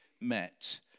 met